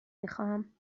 میخواهم